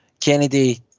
Kennedy